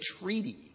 treaty